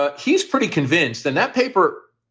ah he's pretty convinced that that paper,